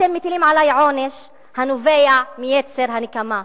אתם מטילים עלי עונש הנובע מיצר הנקמה,